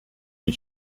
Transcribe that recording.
and